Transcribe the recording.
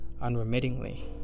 unremittingly